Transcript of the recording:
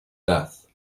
death